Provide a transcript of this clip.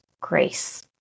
grace